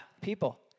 people